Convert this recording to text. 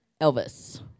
Elvis